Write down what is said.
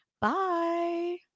Bye